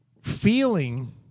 feeling